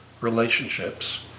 relationships